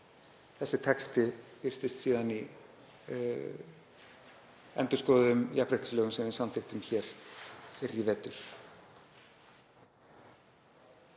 Þessi texti birtist síðan í endurskoðuðum jafnréttislögum sem við samþykktum hér fyrr í vetur.